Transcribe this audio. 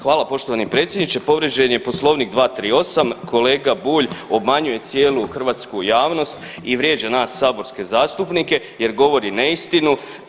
Hvala poštovani predsjedniče, povrijeđen je Poslovnik 238., kolega Bulj obmanjuje cijelu hrvatsku javnost i vrijeđa nas saborske zastupnike jer govori neistinu.